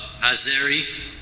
azeri